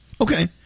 Okay